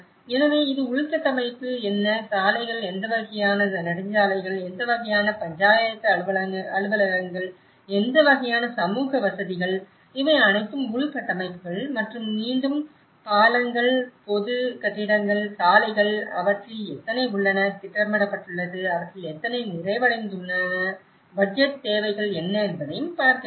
எனவே இது உள்கட்டமைப்பு என்ன சாலைகள் எந்த வகையான நெடுஞ்சாலைகள் எந்த வகையான பஞ்சாயத்து அலுவலகங்கள் எந்த வகையான சமூக வசதிகள் இவை அனைத்தும் உள்கட்டமைப்புகள் மற்றும் மீண்டும் பாலங்கள் பொது கட்டிடங்கள் சாலைகள் அவற்றில் எத்தனை உள்ளன திட்டமிடப்பட்டுள்ளது அவற்றில் எத்தனை நிறைவடைந்தன பட்ஜெட் தேவைகள் என்ன என்பதை பார்க்க வேண்டும்